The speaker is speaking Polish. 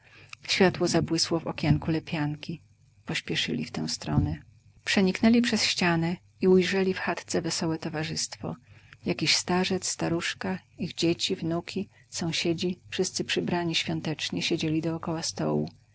światło zabłysło w okienku lepianki pospieszyli w tę stronę przeniknęli przez ścianę i ujrzeli w chatce wesołe towarzystwo jakiś starzec staruszka ich dzieci wnuki sąsiedzi wszyscy przybrani świątecznie siedzieli dokoła stołu